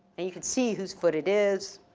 and you can see who's foot it is,